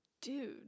Dude